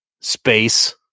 Space